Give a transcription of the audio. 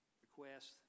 Request